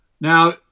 Now